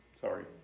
Sorry